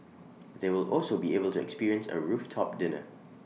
they will also be able to experience A rooftop dinner